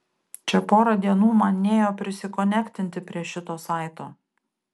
čia porą dienų man nėjo prisikonektinti prie šito saito